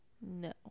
No